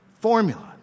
formula